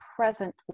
present